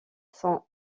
sont